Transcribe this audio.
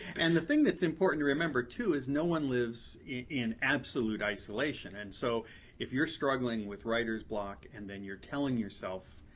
and the thing that's important to remember, too, is no one lives in absolute isolation. and so if you're struggling with writer's block and then you're telling yourself,